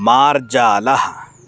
मार्जालः